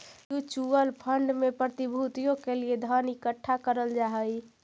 mutual fund में प्रतिभूतियों के लिए धन इकट्ठा करल जा हई